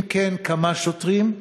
אם כן, כמה שוטרים?